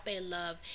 love